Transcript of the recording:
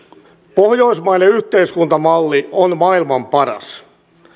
pohjoismainen yhteiskuntamalli on maailman paras